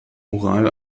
oral